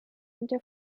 into